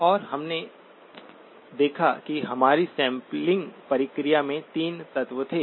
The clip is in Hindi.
और हमने देखा कि हमारी सैंपलिंग प्रक्रिया के 3 तत्व थे